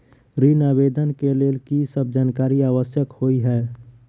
ऋण आवेदन केँ लेल की सब जानकारी आवश्यक होइ है?